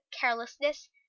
carelessness